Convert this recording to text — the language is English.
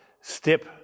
step